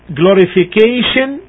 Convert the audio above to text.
glorification